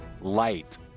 light